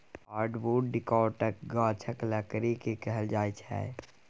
hardwood डिकौटक गाछक लकड़ी केँ कहल जाइ छै